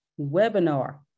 webinar